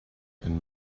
and